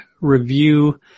review